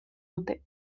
dute